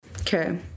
Okay